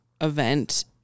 event